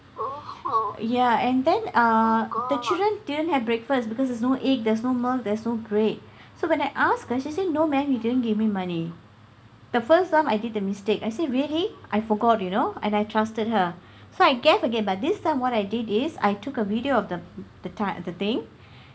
ya and then ah the children didn't have breakfast because there's no egg there's no milk there's no bread so when I ask then she will say no maam you didn't give me money the first time I did the mistake I say really I forgot you know and I trusted her so I gave again but this time what I did is I took a video of the the time the thing